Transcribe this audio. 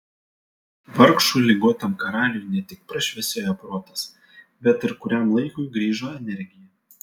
vargšui ligotam karaliui ne tik prašviesėjo protas bet ir kuriam laikui grįžo energija